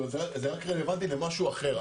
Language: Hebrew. זה רק רלוונטי למשהו אחר.